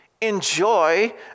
enjoy